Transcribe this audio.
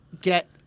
get